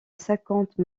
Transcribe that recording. cinquante